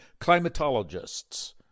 climatologists